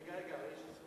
רגע, רגע, יש לי